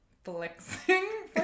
flexing